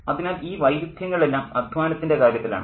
അതിനാൽ ഈ വൈരുദ്ധ്യങ്ങളെല്ലാം അദ്ധ്വാനത്തിൻ്റെ കാര്യത്തിലാണ്